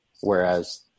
whereas